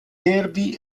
nervi